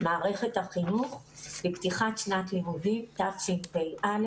מערכת החינוך לפתיחת שנת לימודים תשפ"א.